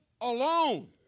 alone